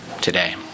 today